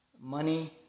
money